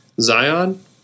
Zion